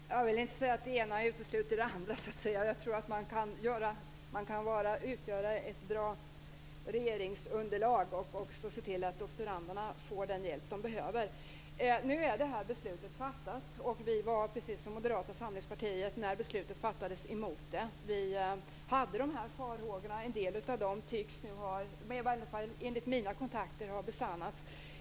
Herr talman! Jag vill inte säga att det ena utesluter det andra. Jag tror att man kan utgöra ett bra regeringsunderlag och också se till att doktoranderna får den hjälp de behöver. Nu är det här beslutet fattat. Vi var, precis som Moderata samlingspartiet, emot beslutet när det fattades. Vi hade de här farhågorna, och en del av dem tycks nu - i varje fall enligt mina kontakter - ha besannats.